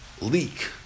Leak